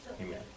Amen